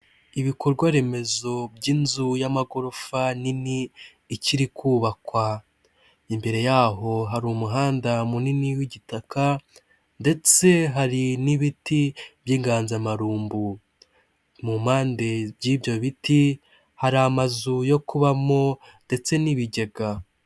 Ibikorwa remezo by'inzu y'amagorofa nini, ikiri kubakwa, imbere yaho hari umuhanda munini w'igitaka ndetse hari n'ibiti by'inganzamarumbo, mu mpande by'ibyo biti hari amazu yo kubamo ndetse n'ibigega.